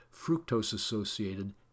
fructose-associated